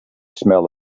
smell